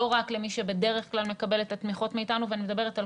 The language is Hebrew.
לא רק למי שבדרך כלל מקבל את התמיכות מאיתנו ואני מדברת על